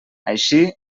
així